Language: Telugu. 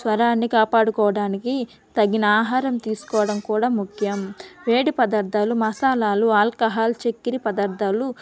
స్వరాన్ని కాపాడుకోవడానికి తగిన ఆహారం తీసుకోవడం కూడా ముఖ్యం వేడి పదార్థాలు మసాలాలు ఆల్కహాల్ చక్కెర పదార్థాలు